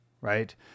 right